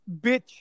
Bitch